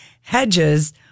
Hedges